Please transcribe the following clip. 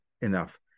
enough